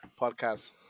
Podcast